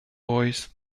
voice